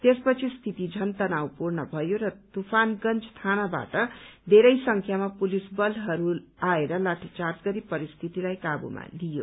त्यसपछि स्थिति झन तनावपूर्ण भयो र तूफानगन्ज थानाबाट बेरै संख्यामा पुलिस बल आएर लाड्डीचार्ज गरी परिस्थितिलाई कावूमा लियो